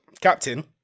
captain